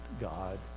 God